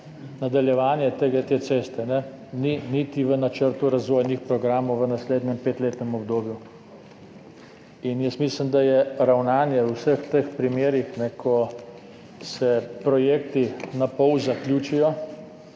nadaljevanje te ceste ni niti v načrtu razvojnih programov v naslednjem petletnem obdobju. Mislim, da je ravnanje v vseh teh primerih, ko se projekti napol zaključijo,